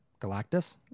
Galactus